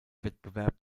wettbewerb